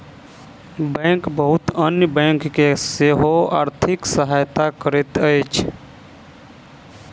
bank बहुत अन्य bank के सेहो आर्थिक सहायता करैत अछि